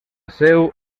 seu